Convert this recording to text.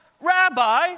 Rabbi